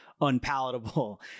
unpalatable